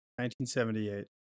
1978